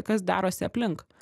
kas darosi aplink